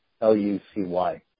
L-U-C-Y